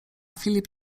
filip